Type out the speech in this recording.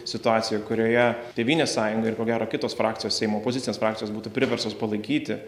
situacija kurioje tėvynės sąjunga ir ko gero kitos frakcijos seimo opozicinės frakcijos būtų priverstos palaikyti